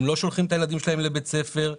הם לא שולחים את הילדים שלהם לבית ספר.